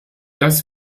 dass